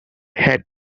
had